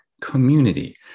Community